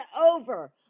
over